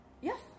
Yes